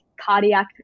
cardiac